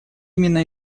именно